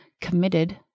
committed